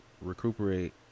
recuperate